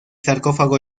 sarcófago